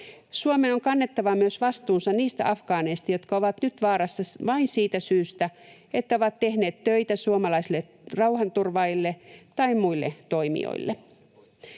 Suomen on myös kannettava vastuunsa niistä afgaaneista, jotka ovat nyt vaarassa vain siitä syystä, että ovat tehneet töitä suomalaisille rauhanturvaajille tai muille toimijoille.